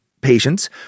patients